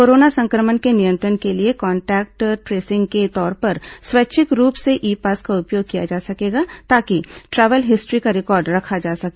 corona संक्रमण के नियंत्रण के लिए कॉन्टेक्ट ट्रेसिंग के तौर पर स्वैच्छिक रूप से ई पास का उपयोग किया जा सकेगा ताकि ट्रैवल हिस्ट्री का रिकॉर्ड रखा जा सके